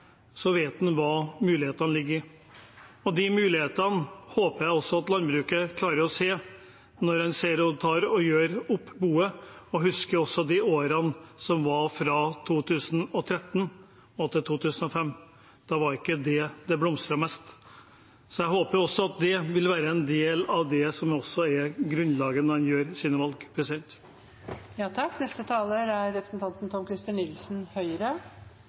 vet man hvor mulighetene ligger. De mulighetene håper jeg også at landbruket klarer å se når man gjør opp boet og husker de årene som var fra 2005 til 2013. Det var ikke da det blomstret mest. Jeg håper at det vil være en del av